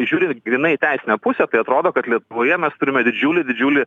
žiūrint grynai į teisinę pusę tai atrodo kad lietuvoje mes turime didžiulį didžiulį